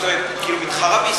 מדינה מתחרה בישראל?